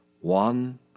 ...one